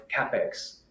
capex